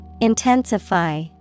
Intensify